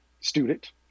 student